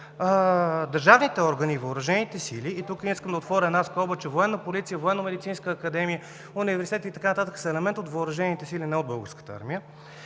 държавните органи и въоръжените сили – тук искам да отворя една скоба, че Военна полиция, Военномедицинска академия, университетите и така нататък са елемент от въоръжените сили, не от Българската армия